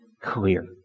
Clear